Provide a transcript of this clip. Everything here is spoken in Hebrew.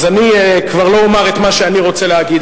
אז אני כבר לא אומַר את מה שאני רוצה להגיד.